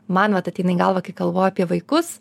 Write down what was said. man vat ateina į galvą kai galvoju apie vaikus